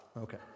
Okay